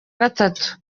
gatatu